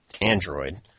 Android